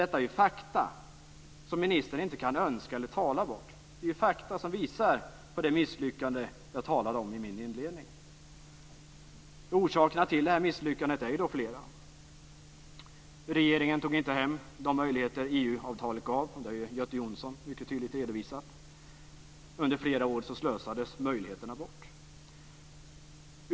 Detta är fakta som ministern inte kan önska eller prata bort, fakta som visar på det misslyckande som jag talade om i min inledning. Orsakerna till misslyckandet är flera. Regeringen tog inte till vara på de möjligheter som EU-avtalet gav, vilket Göte Jonsson mycket tydligt har redovisat. Under flera år slösades möjligheterna bort.